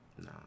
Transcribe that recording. Nah